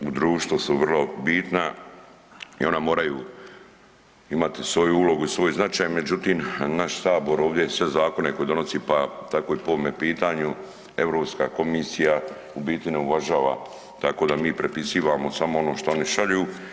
Osiguranja u društvu su vrlo bitna i ona moraju imati svoju ulogu i svoj značaj, međutim naš Sabor sve zakone koje donose pa tako i po ovome pitanju Europska komisija u biti ne uvažava tako da mi prepisivamo samo ono što oni šalju.